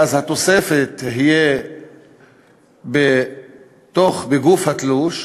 ואז התוספת תהיה בגוף התלוש,